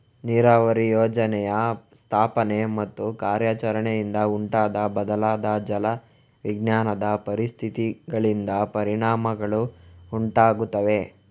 ನೀರಾವರಿ ಯೋಜನೆಯ ಸ್ಥಾಪನೆ ಮತ್ತು ಕಾರ್ಯಾಚರಣೆಯಿಂದ ಉಂಟಾದ ಬದಲಾದ ಜಲ ವಿಜ್ಞಾನದ ಪರಿಸ್ಥಿತಿಗಳಿಂದ ಪರಿಣಾಮಗಳು ಉಂಟಾಗುತ್ತವೆ